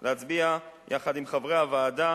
יחד עם חברי הוועדה